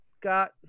got